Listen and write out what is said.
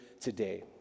today